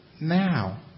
Now